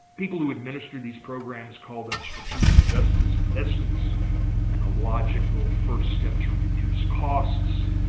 people who administer these programs call them strategic justice investments and a logical first step to reduce costs.